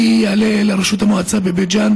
מי יעלה לראשות המועצה בבית ג'ן,